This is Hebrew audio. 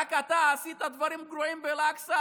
רק אתה עשית דברים גרועים באל-אקצא?